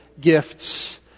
gifts